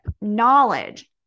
knowledge